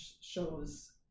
shows